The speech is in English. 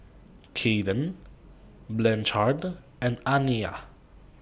Kaden Blanchard and Aniyah